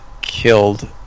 killed